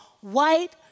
white